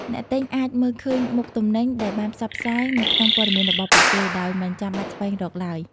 អ្នកទិញអាចមើលឃើញមុខទំនិញដែលបានផ្សព្វផ្សាយនៅក្នុងពត៌មានរបស់ពួកគេ ដោយមិនចាំបាច់ស្វែងរកឡើយ។